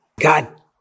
God